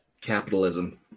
Capitalism